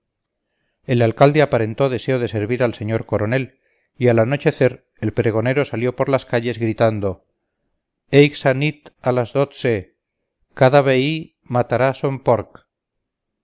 el alcalde aparentó deseo de servir al señor coronel y al anochecer el pregonero salió por las calles gritando eixa nit a las dotse cada vehí matar son porch